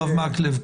הרב מקלב.